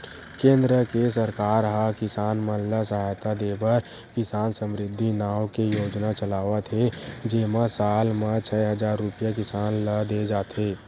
केंद्र के सरकार ह किसान मन ल सहायता देबर किसान समरिद्धि नाव के योजना चलावत हे जेमा साल म छै हजार रूपिया किसान ल दे जाथे